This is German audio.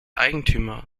eigentümer